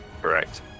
Correct